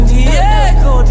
Diego